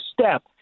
step